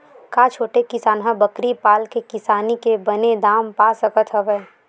का छोटे किसान ह बकरी पाल के किसानी के बने दाम पा सकत हवय?